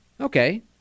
okay